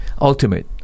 ultimate